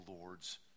Lord's